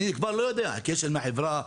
אני כבר לא יודע, הוא מהחברה?